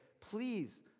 please